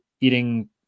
eating